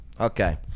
Okay